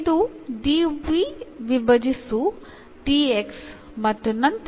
ಇದು dv ವಿಭಜಿಸು dx ಮತ್ತು ನಂತರ ಈ